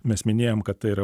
mes minėjom kad tai yra